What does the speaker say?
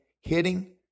hitting